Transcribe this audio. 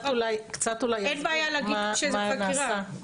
אין בעיה להגיד שזה בחקירה.